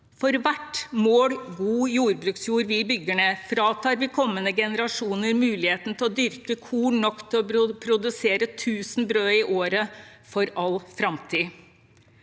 For hvert mål god jordbruksjord vi bygger ned, fratar vi kommende generasjoner muligheten til å dyrke nok korn til å produsere 1 000 brød i året – for all framtid.